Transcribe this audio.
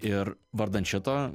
ir vardan šito